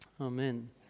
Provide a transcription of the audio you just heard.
Amen